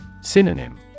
Synonym